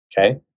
Okay